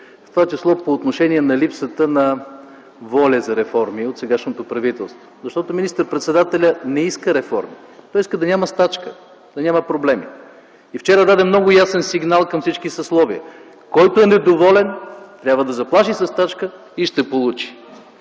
в това число по отношение на липсата на воля за реформи от сегашното правителство. Министър-председателят не иска реформи, той иска да няма стачка, да няма проблеми. Вчера даде много ясен сигнал към всички съсловия – който е недоволен, трябва да заплаши със стачка и ще получи.